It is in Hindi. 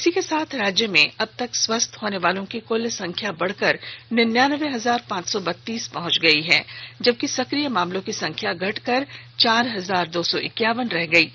इसी के साथ राज्य में अबतक स्वस्थ होनेवालों की कुल संख्या बढ़कर निन्यानबे हजार पांच सौ बत्तीस पहुंच गई है जबकि सक्रिय मामलों की संख्या घटकर चार हजार दो सौ इक्यावन रह गई है